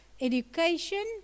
education